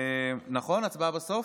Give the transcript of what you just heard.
נכון, הצבעה בסוף?